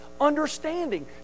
Understanding